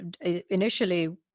initially